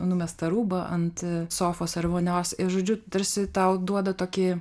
numestą rūbą ant sofos ar vonios ir žodžiu tarsi tau duoda tokį